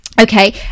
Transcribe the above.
Okay